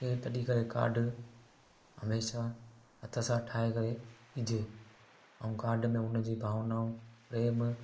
तॾहिं करे काड हमेशह हथ सां ठाहे करे ॾिजे ऐं काड में हुनजी भावनाऊं प्रेम